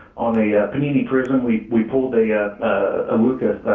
on a panini, prizm, and we we pulled a ah a luka's